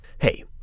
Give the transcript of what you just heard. hey